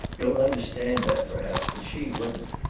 you'll understand that, perhaps, but she wouldn't.